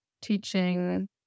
teaching